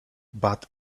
but